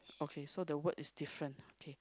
okay so the word is different okay